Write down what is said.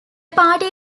party